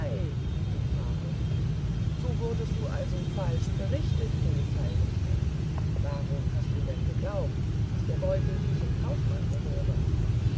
so wurdest du also falsch berichtet polizeirichter warum hast du denn geglaubt daß der beutel diesem kaufmann gehöre